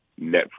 Netflix